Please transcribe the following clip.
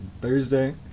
Thursday